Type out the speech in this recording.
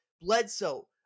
Bledsoe